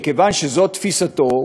מכיוון שזאת תפיסתו,